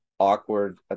Awkward